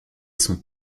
son